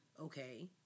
Okay